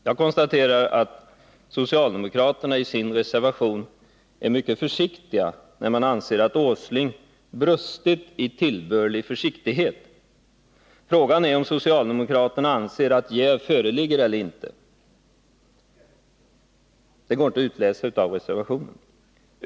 Jag konstaterar att socialdemokraternai sin reservation är mycket försiktiga, när de anser att Nils Åsling brustit i tillbörlig försiktighet. Frågan är om socialdemokraterna anser att jäv förelegat eller inte. Det går inte att utläsa av reservationen.